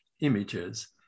images